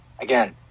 again